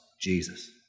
Jesus